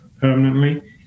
permanently